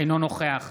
אינו נוכח